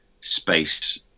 space